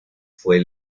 fue